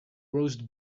roast